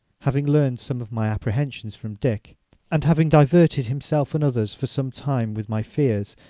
having learned some of my apprehensions from dick and having diverted himself and others for some time with my fears,